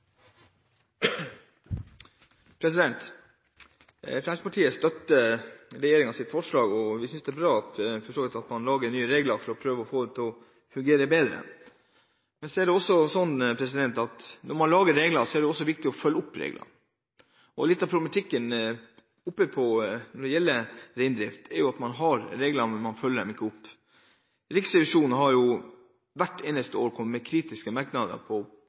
bra at man lager nye regler for å prøve å få det til å fungere bedre. Det er slik at når man lager regler, er det også viktig at man følger dem. Litt av problematikken når det gjelder reindrift, er at man har reglene, men man følger dem ikke opp. Riksrevisjonen har hvert eneste år kommet med kritiske merknader